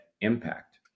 impact